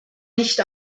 nicht